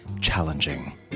challenging